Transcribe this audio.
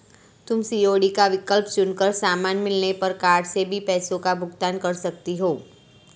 तुम सी.ओ.डी का विकल्प चुन कर सामान मिलने पर कार्ड से भी पैसों का भुगतान कर सकती हो